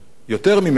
יותר ממניח,